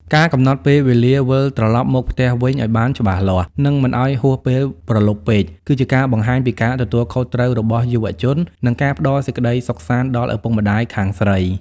ការកំណត់ពេលវេលាវិលត្រឡប់មកផ្ទះវិញឱ្យបានច្បាស់លាស់ និងមិនឱ្យហួសពេលព្រលប់ពេក គឺជាការបង្ហាញពីការទទួលខុសត្រូវរបស់យុវជន និងការផ្ដល់សេចក្ដីសុខសាន្តដល់ឪពុកម្ដាយខាងស្រី។